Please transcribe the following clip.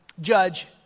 judge